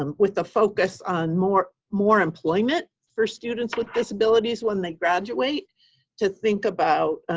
um with a focus on more more employment for students with disabilities when they graduate to think about